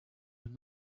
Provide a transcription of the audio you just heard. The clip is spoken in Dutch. een